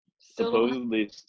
supposedly